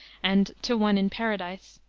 and to one in paradise,